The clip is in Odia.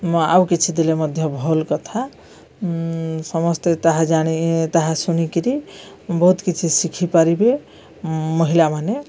ମ ଆଉ କିଛି ଦେଲେ ମଧ୍ୟ ଭଲ୍ କଥା ସମସ୍ତେ ତାହା ଜାଣି ତାହା ଶୁଣିକିରି ବହୁତ କିଛି ଶିଖିପାରିବେ ମହିଳାମାନେ